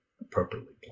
appropriately